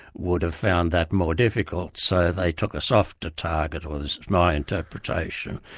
would have found that more difficult. so they took a softer target, was my interpretation.